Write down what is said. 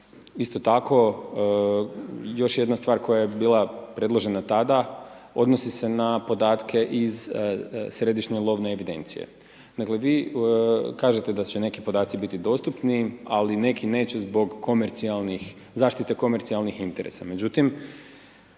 Isto tako, još jedna stvar koja je bila predložena tada odnosi se na podatke iz Središnje lovne evidencije. Dakle, vi kažete da će neki podaci bi dostupni ali neki neće zbog komercijalnih, zaštite komercijalnih interesa,